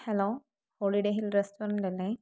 hello holiday hill restaurant അല്ലേ